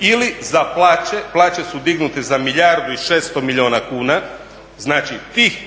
ili za plaće, plaće su dignute za milijardu i šesto milijuna kuna, znači tih